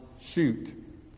shoot